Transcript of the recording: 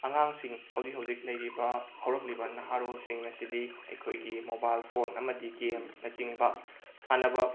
ꯑꯉꯥꯡꯁꯤꯡ ꯍꯧꯖꯤꯛ ꯍꯧꯖꯤꯛ ꯂꯩꯔꯤꯕ ꯍꯧꯔꯛꯂꯤꯕ ꯅꯍꯥꯔꯣꯜꯁꯤꯡ ꯑꯁꯤꯗꯤ ꯑꯩꯈꯣꯏꯒꯤ ꯃꯣꯕꯥꯏꯜ ꯐꯣꯟ ꯑꯃꯗꯤ ꯒꯦꯝꯅꯆꯤꯡꯕ ꯁꯥꯟꯅꯕ